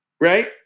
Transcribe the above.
Right